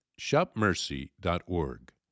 shopmercy.org